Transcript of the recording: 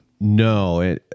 No